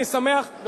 אני שמח שהגברת לבני,